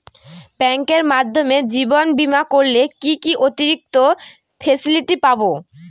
ব্যাংকের মাধ্যমে জীবন বীমা করলে কি কি অতিরিক্ত ফেসিলিটি পাব?